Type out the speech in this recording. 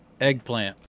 Eggplant